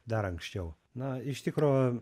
dar anksčiau na iš tikro